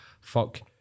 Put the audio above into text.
fuck